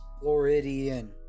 Floridian